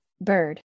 Bird